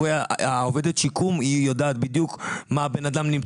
עובדת השיקום יודעת בדיוק מה מצבו של הבן אדם.